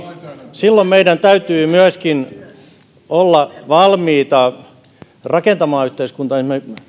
silloin meidän täytyy myöskin olla valmiita rakentamaan yhteiskuntaa